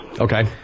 Okay